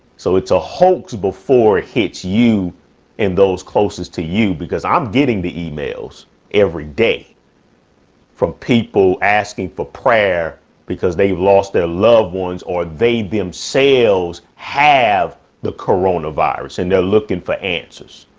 so it's a hoax before hits you and those closest to you. because i'm getting the emails every day from people asking for prayer because they've lost their loved ones or they them sales have the corona virus and they're looking for answers.